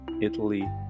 Italy